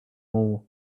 more